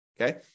Okay